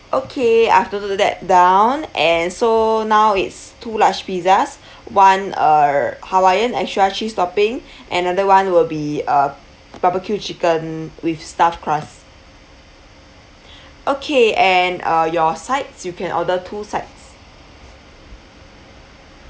okay I've noted that down and so now it's two large pizzas one err hawaiian extra cheese topping another [one] will be a barbecue chicken with stuffed crust okay and uh your sides you can order two sides